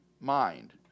mind